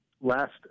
Last